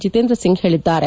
ಜೀತೇಂದ್ರ ಸಿಂಗ್ ಹೇಳಿದ್ದಾರೆ